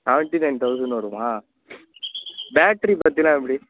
seventy nine thousand வருமா battery பற்றிலாம் எப்படி